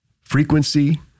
frequency